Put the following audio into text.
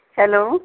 hello